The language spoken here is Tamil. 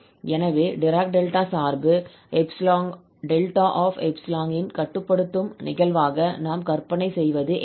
எனவே டிராக் டெல்டா சார்பு 𝛿𝜖 இன் கட்டுப்படுத்தும் நிகழ்வாக நாம் கற்பனை செய்வது எப்படி